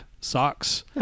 socks